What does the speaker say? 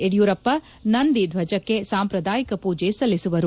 ಯಡಿಯೂರಪ್ಪ ನಂದಿ ಧ್ಲಜಕ್ಕೆ ಸಾಂಪ್ರದಾಯಿಕ ಪೂಜೆ ಸಲ್ಲಿಸುವರು